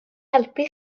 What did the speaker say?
helpu